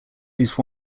least